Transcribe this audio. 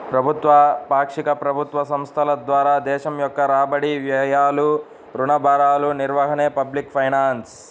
ప్రభుత్వ, పాక్షిక ప్రభుత్వ సంస్థల ద్వారా దేశం యొక్క రాబడి, వ్యయాలు, రుణ భారాల నిర్వహణే పబ్లిక్ ఫైనాన్స్